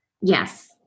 Yes